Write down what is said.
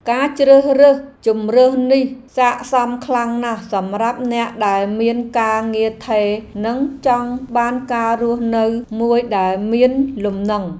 ការជ្រើសរើសជម្រើសនេះស័ក្តិសមខ្លាំងណាស់សម្រាប់អ្នកដែលមានការងារថេរនិងចង់បានការរស់នៅមួយដែលមានលំនឹង។